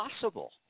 possible